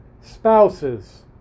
spouses